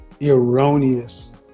erroneous